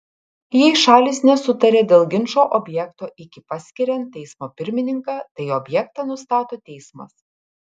jei šalys nesutarė dėl ginčo objekto iki paskiriant teismo pirmininką tai objektą nustato teismas